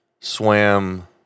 swam